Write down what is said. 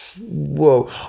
Whoa